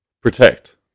Protect